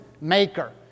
maker